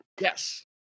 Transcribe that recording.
Yes